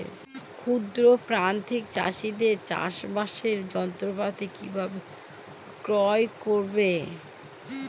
ক্ষুদ্র প্রান্তিক চাষীদের চাষাবাদের যন্ত্রপাতি কিভাবে ক্রয় করব?